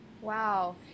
Wow